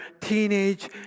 teenage